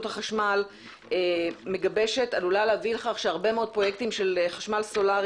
החשמל מגבשת עלולה להביא לכך שהרבה מאוד פרויקטים של חשמל סולרי